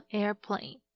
airplane